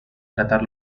tratar